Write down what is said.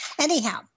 Anyhow